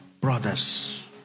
brothers